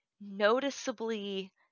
noticeably